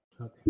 Okay